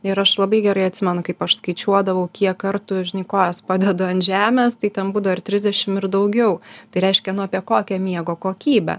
ir aš labai gerai atsimenu kaip aš skaičiuodavau kiek kartų žinai kojas padedu ant žemės tai ten būdavo ir trisdešim ir daugiau tai reiškia nu apie kokią miego kokybę